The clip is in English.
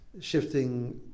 shifting